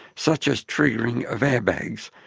such as triggering of airbags,